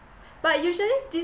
but usually